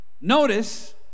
Notice